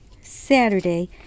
Saturday